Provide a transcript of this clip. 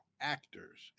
actors